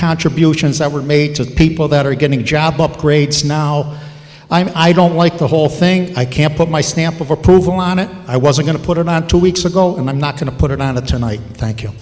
contributions that were made to the people that are getting job upgrades now i don't like the whole thing i can't put my stamp of approval on it i was going to put it out two weeks ago and i'm not going to put it on the tonight thank you